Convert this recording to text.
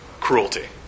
cruelty